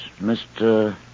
Mr